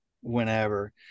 whenever